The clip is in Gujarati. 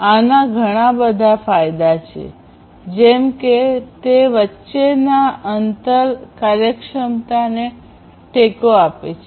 આના ઘણા બધા ફાયદા છે જેમ કે તે વચ્ચેના આંતર કાર્યક્ષમતાને ટેકો આપે છે